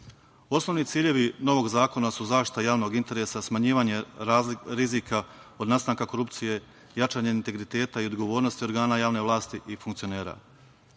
ciljevi novog zakona su zaštita javnog interesa, smanjivanje rizika od nastanka korupcije, jačanje integriteta i odgovornosti organa javne vlasti i funkcionera. Usvajanjem